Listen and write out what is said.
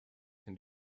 can